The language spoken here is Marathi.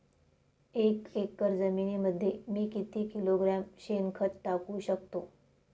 एक एकर जमिनीमध्ये मी किती किलोग्रॅम शेणखत टाकू शकतो?